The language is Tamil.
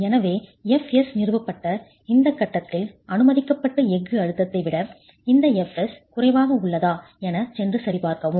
எனவே fs நிறுவப்பட்ட இந்த கட்டத்தில் அனுமதிக்கப்பட்ட எஃகு அழுத்தத்தை விட இந்த fs குறைவாக உள்ளதா எனச் சென்று சரிபார்க்கவும்